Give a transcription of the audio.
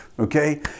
okay